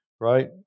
right